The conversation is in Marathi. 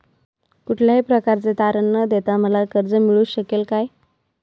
कुठल्याही प्रकारचे तारण न देता मला कर्ज मिळू शकेल काय?